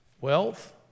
wealth